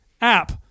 app